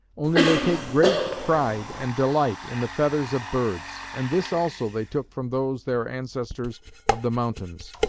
only they take great pride and delight in the feathers of birds and this also they took from those their ancestors of the mountains,